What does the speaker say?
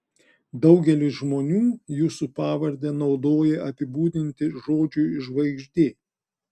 daugelis žmonių jūsų pavardę naudoja apibūdinti žodžiui žvaigždė